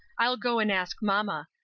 i'll go and ask mamma.